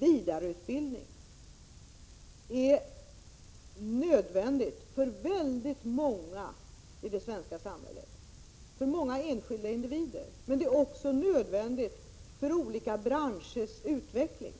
Vidareutbildning är nödvändig för många enskilda individer i det svenska samhället, men den är också nödvändig för olika branschers utveckling.